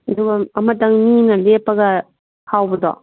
ꯑꯗꯨꯒ ꯑꯃꯇꯪ ꯃꯤꯅ ꯂꯦꯞꯄꯒ ꯈꯥꯎꯕꯗꯣ